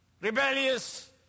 rebellious